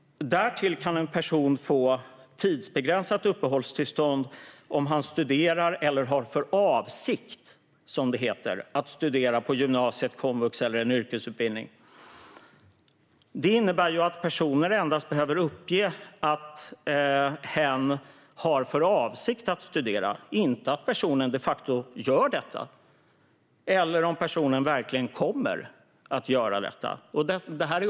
Därtill kan en person få tidsbegränsat uppehållstillstånd om han eller hon studerar eller har för avsikt, som det heter, att studera på gymnasiet, komvux eller en yrkesutbildning. Det innebär att en person endast behöver uppge att hen har för avsikt att studera och inte att personen de facto gör detta eller verkligen kommer att göra det.